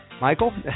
Michael